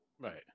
Right